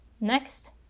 next